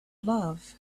love